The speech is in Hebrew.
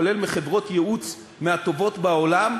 כולל מחברות ייעוץ מהטובות בעולם,